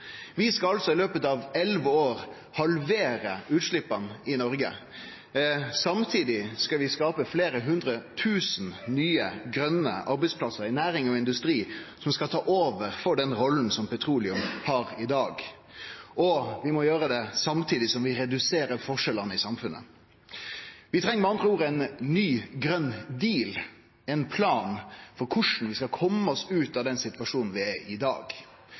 Vi skal i løpet av elleve år halvere utsleppa i Noreg. Samtidig skal vi skape fleire hundretusen nye, grøne arbeidsplassar i næring og industri, som skal ta over for den rolla som petroleum har i dag, og vi må gjere det samtidig som vi reduserer forskjellane i samfunnet. Vi treng med andre ord ein ny, grøn deal, ein plan for korleis vi skal kome oss ut av den situasjonen vi er i i dag,